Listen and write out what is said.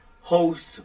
host